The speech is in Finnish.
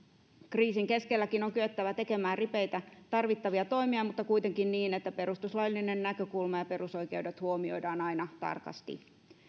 kriisin keskelläkin on kyettävä tekemään ripeitä tarvittavia toimia mutta kuitenkin niin että perustuslaillinen näkökulma ja perusoikeudet huomioidaan aina tarkasti